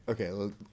Okay